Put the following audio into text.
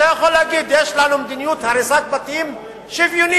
אתה יכול להגיד: יש לנו מדיניות הריסת בתים שוויונית.